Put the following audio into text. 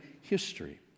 history